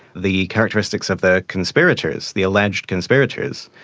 the characteristics of the conspirators, the alleged conspirators.